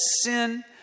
sin